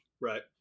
Right